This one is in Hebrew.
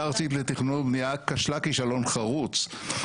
הארצית לתכנון ובנייה כשלה כישלון חרוץ.